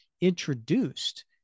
introduced